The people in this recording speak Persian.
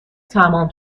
تمام